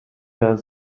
der